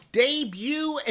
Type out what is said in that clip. debut